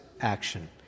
action